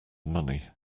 money